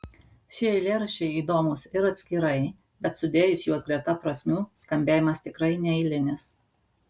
šie eilėraščiai įdomūs ir atskirai bet sudėjus juos greta prasmių skambėjimas tikrai neeilinis